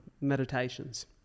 meditations